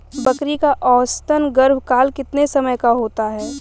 बकरी का औसतन गर्भकाल कितने समय का होता है?